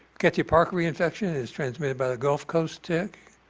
rickettsia parkeri infection is transmitted by the gulf coast tick,